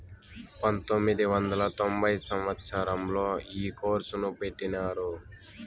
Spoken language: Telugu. పంతొమ్మిది వందల తొంభై సంవచ్చరంలో ఈ కోర్సును పెట్టినారు